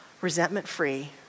resentment-free